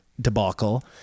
debacle